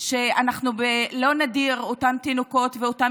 שאנחנו לא נדיר את אותם תינוקות ואת אותם